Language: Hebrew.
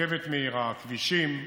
רכבת מהירה, כבישים.